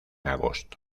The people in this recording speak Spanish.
agosto